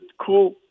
cool